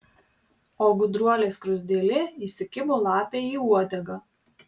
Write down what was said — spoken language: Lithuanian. o gudruolė skruzdėlė įsikibo lapei į uodegą